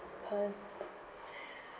cause